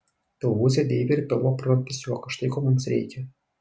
pilvūzė deivė ir pilvą purtantis juokas štai ko mums reikia